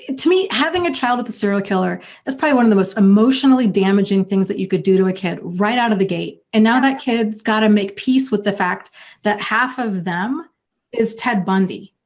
and to me, having a child with the serial killer is probably one of the most emotionally damaging things that you could do to a kid right out of the gate and now that kid's got to make peace with the fact that half of them is ted bundy.